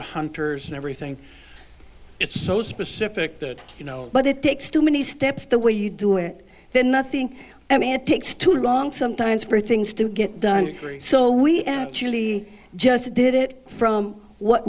the hunters and everything it's so specific that you know but it takes too many steps the way you do it then nothing and it takes too long sometimes for things to get done so we actually just did it from what